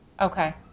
Okay